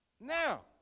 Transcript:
Now